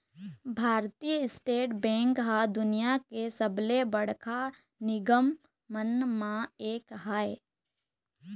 भारतीय state bank ह दुनिया के सबले बड़का निगम मन म एक आय